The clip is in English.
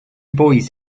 boys